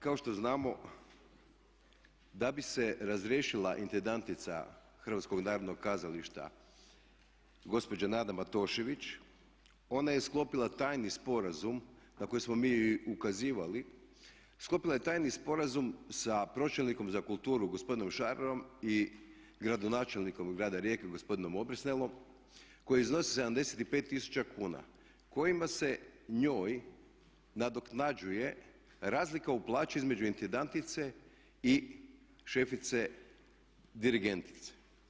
Kao što znamo da bi se razriješila intendantica Hrvatskog narodnog kazališta gospođa Nada Matošević, ona je sklopila tajni sporazum na koji smo mi ukazivali, sklopila je tajni sporazum sa pročelnikom za kulturu gospodinom Šararom i gradonačelnikom grada Rijeke gospodinom Obersnelom koji iznosi 75 tisuća kuna kojima se njoj nadoknađuje razlika u plaći između intendantice i šefice dirigentice.